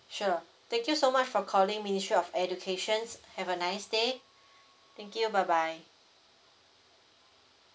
sure thank you so much for calling ministry of educations have a nice day thank you bye bye